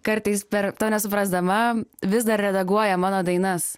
kartais per to nesuprasdama vis dar redaguoja mano dainas